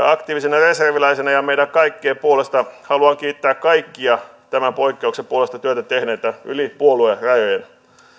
aktiivisena reserviläisenä ja meidän kaikkien puolesta haluan kiittää kaikkia tämän poikkeuksen puolesta työtä tehneitä yli puoluerajojen